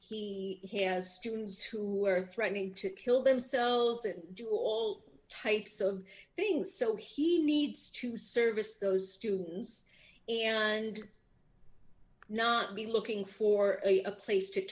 he has dreams who are threatening to kill themselves and do all types of things so he needs to service those students and not be looking for a a place to